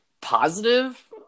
positive